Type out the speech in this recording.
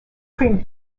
cream